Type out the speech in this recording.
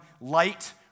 light